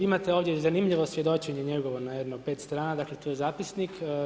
Imate ovdje zanimljivo svjedočenje njegovo na jedno 5 strana, dakle tu je zapisnik.